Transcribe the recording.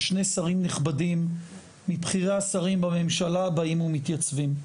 ששני שרים נכבדים מבכירי השרים בממשלה באים ומתייצבים,